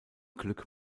glück